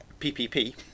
PPP